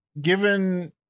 given